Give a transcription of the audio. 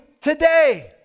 today